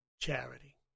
charity